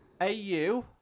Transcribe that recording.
AU